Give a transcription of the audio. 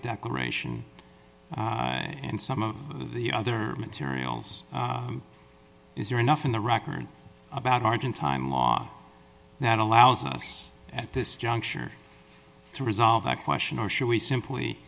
declaration and some of the other materials is there enough in the record about arjen time law that allows us at this juncture to resolve that question or should we simply